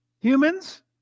Humans